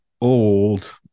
old